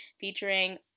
featuring